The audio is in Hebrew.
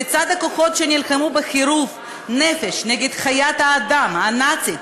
לצד הכוחות שנלחמו בחירוף נפש נגד חיית האדם הנאצית,